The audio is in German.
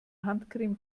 handcreme